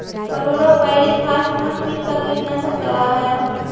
Chlorpyrifos कौन किट का कीटनाशक दवा है?